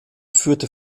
führte